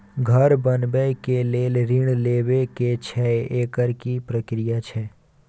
घर बनबै के लेल ऋण लेबा के छै एकर की प्रक्रिया छै?